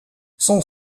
son